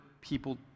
people